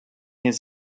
his